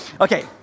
Okay